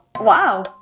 Wow